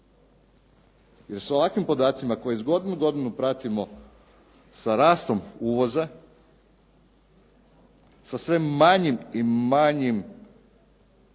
Jer sa ovakvim podacima koje iz godine u godinu pratimo sa rastom uvoza, sa sve manjim i manjim brojem